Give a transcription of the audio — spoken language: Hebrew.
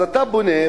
אז אתה בונה,